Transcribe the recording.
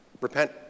Repent